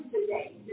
today